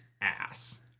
ass